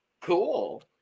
Cool